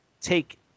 take